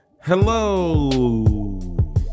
hello